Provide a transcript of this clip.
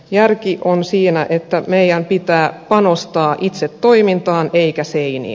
järki on siinä että meidän pitää panostaa itse toimintaan eikä seiniin